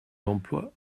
d’emploi